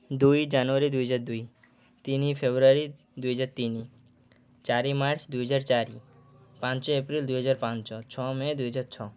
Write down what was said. ଦୁଇ ଜାନୁଆରୀ ଦୁଇହଜାର ଦୁଇ ତିନି ଫେବୃଆରୀ ଦୁଇହଜାର ତିନି ଚାରି ମାର୍ଚ୍ଚ ଦୁଇହଜାର ଚାରି ପାଞ୍ଚ ଏପ୍ରିଲ ଦୁଇହଜାର ପାଞ୍ଚ ଛଅ ମେ ଦୁଇହଜାର ଛଅ